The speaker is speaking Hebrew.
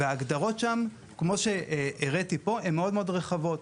ההגדרות שם, כמו שהראיתי פה, הן מאוד רחבות.